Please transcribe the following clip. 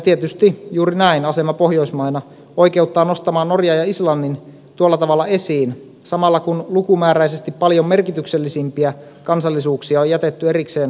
tietysti asema pohjoismaina oikeuttaa nostamaan norjan ja islannin tuolla tavalla esiin samalla kun lukumääräisesti paljon merkityksellisempiä kansallisuuksia on jätetty erikseen ilmoittamatta